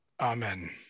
Amen